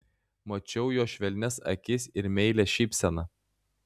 mačiau jo švelnias akis ir meilią šypseną